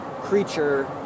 creature